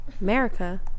America